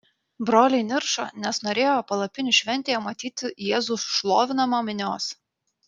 broliai niršo nes norėjo palapinių šventėje matyti jėzų šlovinamą minios